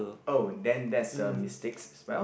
oh then that's a mistake as well